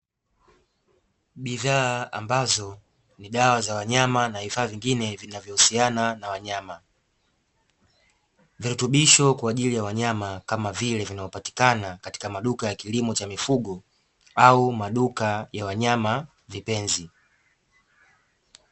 Bidhaa ambazo ni dawa za wanyama na vifaa vingine vinavyohusiana na wanyama, virutubisho kwa ajili ya wanyama kama vile vinavyopatikana katika maduka ya kilimo cha mifugo au maduka ya wanyama vipenzi.